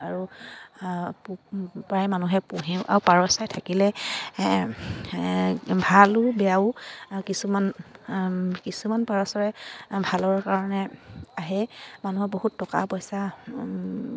আৰু প্ৰায় মানুহে পুহি আৰু পাৰচৰাই থাকিলে ভালো বেয়াও কিছুমান কিছুমান পাৰচৰাই ভালৰ কাৰণে আহে মানুহৰ বহুত টকা পইচা